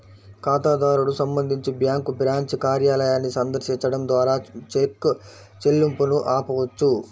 ఖాతాదారుడు సంబంధించి bank branch కార్యాలయాన్ని సందర్శించడం ద్వారా చెక్ చెల్లింపును ఆపవచ్చు